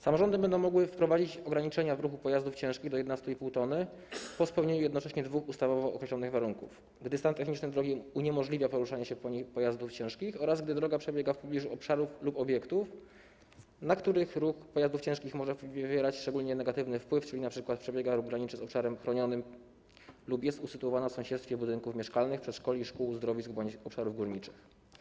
Samorządy będą mogły wprowadzić ograniczenia w ruchu pojazdów ciężkich do 11,5 t po spełnieniu jednocześnie dwóch ustawowo określonych warunków: gdy stan techniczny drogi uniemożliwia poruszanie się po niej pojazdów ciężkich oraz gdy droga przebiega w pobliżu obszarów lub obiektów, na które ruch pojazdów ciężkich może wywierać szczególnie negatywny wpływ, czyli np. przebiega lub graniczy z obszarem chronionym lub jest usytuowana w sąsiedztwie budynków mieszkalnych, przedszkoli, szkół, uzdrowisk bądź obszarów górniczych.